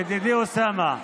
ידידי אוסאמה,